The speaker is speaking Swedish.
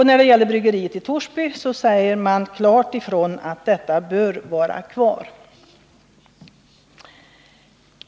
När det gäller bryggeriet i Torsby sägs det i reservationen klart ifrån att detta bör vara kvar.